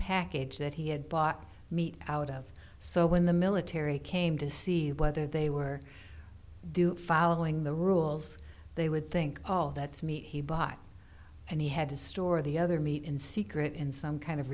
package that he had bought meat out of so when the military came to see whether they were do following the rules they would think all that's meat he bought and he had to store the other meet in secret in some kind of